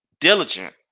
diligent